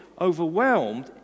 overwhelmed